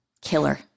Killer